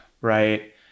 right